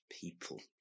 people